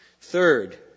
Third